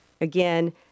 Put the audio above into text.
again